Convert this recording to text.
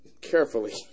carefully